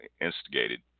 instigated